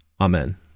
Amen